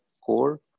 core